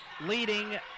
leading